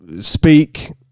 speak